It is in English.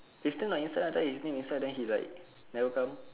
he is still not inside ah I thought his name inside then he is like never come